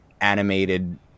animated